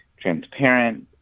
transparent